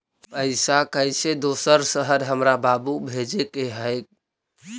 पैसा कैसै दोसर शहर हमरा बाबू भेजे के है?